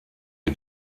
wie